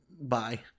bye